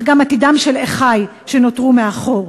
אך גם עתידם של אחי שנותרו מאחור.